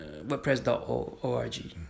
wordpress.org